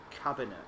cabinet